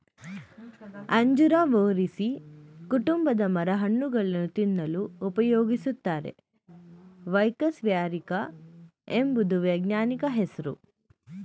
ಅಂಜೂರ ಮೊರೇಸೀ ಕುಟುಂಬದ ಮರ ಹಣ್ಣುಗಳನ್ನು ತಿನ್ನಲು ಉಪಯೋಗಿಸುತ್ತಾರೆ ಫೈಕಸ್ ಕ್ಯಾರಿಕ ಎಂಬುದು ವೈಜ್ಞಾನಿಕ ಹೆಸ್ರು